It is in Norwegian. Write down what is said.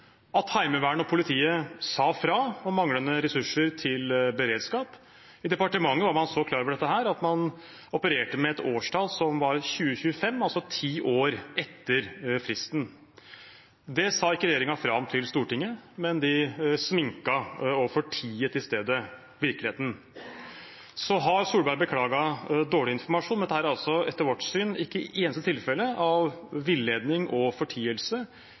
at Heimevernet og politiet sa fra om manglende ressurser til beredskap. I departementet var man så klar over dette at man opererte med et årstall som var 2025, altså ti år etter fristen. Det sa ikke regjeringen fra om til Stortinget, men de sminket og fortiet i stedet virkeligheten. Solberg har beklaget dårlig informasjon, men dette er, etter vårt syn, ikke det eneste tilfellet av villedning og fortielse